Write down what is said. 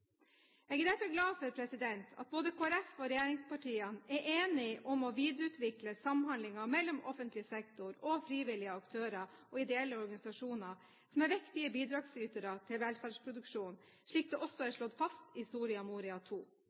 Jeg er derfor glad for at Kristelig Folkeparti og regjeringspartiene er enige om å videreutvikle samhandlingen mellom offentlig sektor og frivillige aktører og ideelle organisasjoner som er viktige bidragsytere til velferdsproduksjonen, slik det også er slått fast i Soria Moria II.